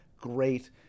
great